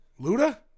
Luda